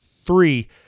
three